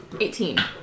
Eighteen